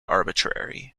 arbitrary